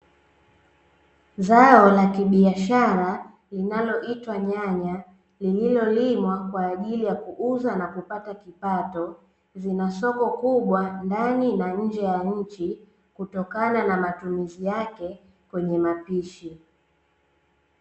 Zao la kibiashara linaloitwa nyanya lililolimwa kwa ajili ya kuuza na kupata kipato, zina soko kubwa ndani na nje ya nchi kutokana na matumizi yake kwenye mapishi.